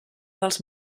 dels